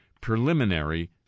preliminary